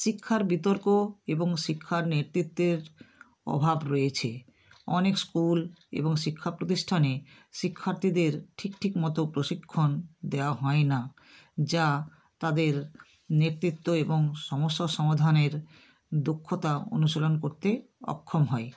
শিক্ষার বিতর্ক এবং শিক্ষার নেতৃত্বের অভাব রয়েছে অনেক স্কুল এবং শিক্ষা প্রতিষ্ঠানে শিক্ষার্থীদের ঠিক ঠিকমতো প্রশিক্ষণ দেওয়া হয় না যা তাদের নেতৃত্ব এবং সমস্য সমাধানের দক্ষতা অনুশীলন করতে অক্ষম হয়